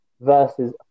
Versus